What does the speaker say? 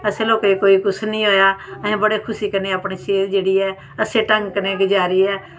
असें लोकें कोई किश निं होया ते बड़ी खुशी कन्नै अपनी चीज जेह्ड़ी ऐ ओह् अच्छे ढंग कन्नै गुजारी ऐ